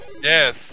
Yes